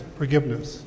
forgiveness